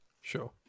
sure